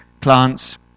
plants